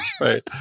Right